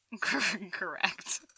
Correct